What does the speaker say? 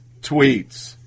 tweets